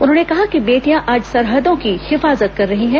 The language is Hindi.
उन्होंने कहा कि बेटियां आज सरहदों की हिफाजत कर रही हैं